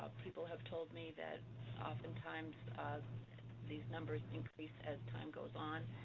people have told me that oftentimes these numbers increase as time goes on,